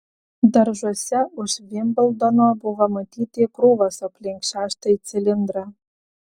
daržuose už vimbldono buvo matyti krūvos aplink šeštąjį cilindrą